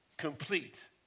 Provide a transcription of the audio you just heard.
complete